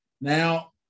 now